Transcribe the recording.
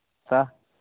तऽ